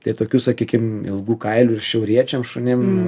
tai tokių sakykim ilgų kailių ir šiauriečiam šunim